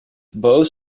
both